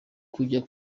kujya